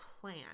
plan